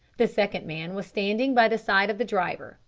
the second man was standing by the side of the driver.